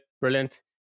brilliant